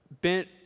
bent